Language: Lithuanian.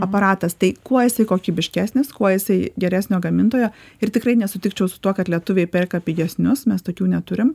aparatas tai kuo jisai kokybiškesnis kuo jisai geresnio gamintojo ir tikrai nesutikčiau su tuo kad lietuviai perka pigesnius mes tokių neturim